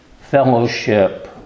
fellowship